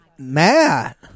Matt